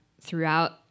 throughout